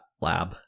lab